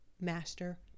Master